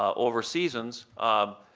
over seasons of